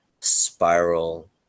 spiral